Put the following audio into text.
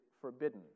forbidden